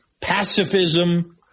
pacifism